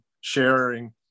sharing